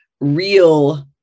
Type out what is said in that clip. real